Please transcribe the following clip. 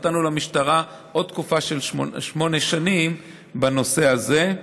נתנו למשטרה עוד תקופה של שמונה שנים בנושא הזה.